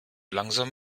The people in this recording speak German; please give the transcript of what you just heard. langsam